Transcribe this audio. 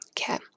Okay